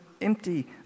empty